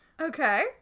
okay